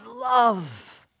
love